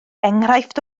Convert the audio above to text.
enghraifft